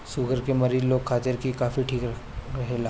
sugar के मरीज लोग खातिर भी कॉफ़ी ठीक रहेला